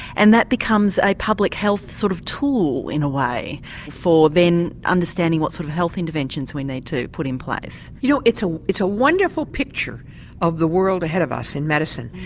and that becomes a public health sort of tool in a way for then understanding what sort of health interventions we need to put in place? you know it's ah it's a wonderful picture of the world ahead of us in medicine.